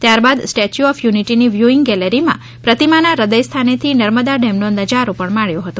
ત્યારબાદ statue of યુનિટીની viewing ગેલેરીમાં પ્રતિમાનાં હદય સ્થાનેથી નર્મદા ડેમનો નજારો પણ માણ્યો હતો